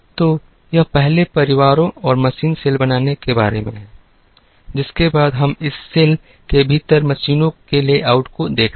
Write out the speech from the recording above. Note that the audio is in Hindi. तो यह पहले परिवारों और मशीन सेल बनाने के बारे में है जिसके बाद हम इस सेल के भीतर मशीनों के लेआउट को देखते हैं